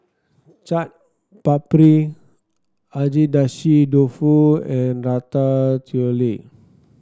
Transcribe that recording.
Chaat Papri Agedashi Dofu and Ratatouille